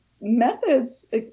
methods